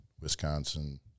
Wisconsin